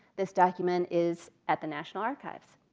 this document is at the national archives.